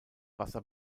wasser